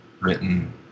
written